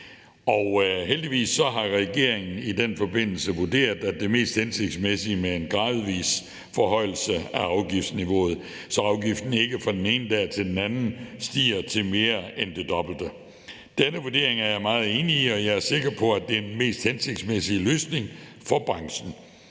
Og heldigvis har regeringen i den forbindelse vurderet, at det er mest hensigtsmæssigt med en gradvis forhøjelse af afgiftsniveauet, så afgiften ikke fra den ene dag til den anden stiger til mere end det dobbelte. Denne vurdering er jeg meget enig i, og jeg er sikker på, at det er den mest hensigtsmæssige løsning for branchen.